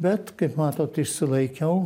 bet kaip matot išsilaikiau